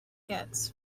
gets